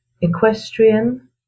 equestrian